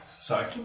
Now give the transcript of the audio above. Sorry